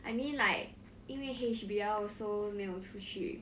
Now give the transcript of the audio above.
I mean like 因为 H_B_L also 没有出去